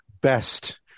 best